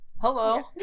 hello